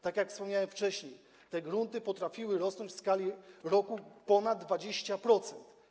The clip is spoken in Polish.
Tak jak wspomniałem wcześniej, ceny tych gruntów potrafiły rosnąć w skali roku o ponad 20%.